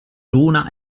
luna